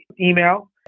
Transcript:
email